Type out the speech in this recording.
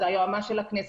זה היועמ"ש של הכנסת,